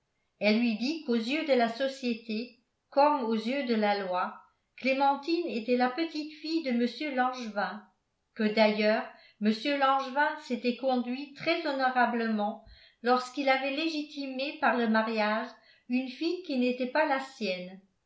elle lui dit qu'aux yeux de la société comme aux yeux de la loi clémentine était la petite-fille de mr langevin que d'ailleurs mr langevin s'était conduit très honorablement lorsqu'il avait légitimé par le mariage une fille qui n'était pas la sienne